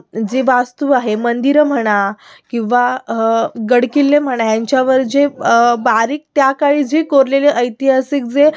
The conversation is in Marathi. जे वास्तू आहे मंदिरं म्हणा किंवा गडकिल्ले म्हणा ह्यांच्यावर जे बारीक त्याकाळी जे कोरलेले ऐतिहासिक जे